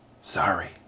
sorry